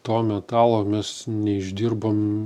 to metalo mes neišdirbam